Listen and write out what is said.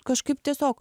kažkaip tiesiog